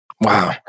Wow